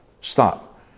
Stop